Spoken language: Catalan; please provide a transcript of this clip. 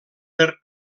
per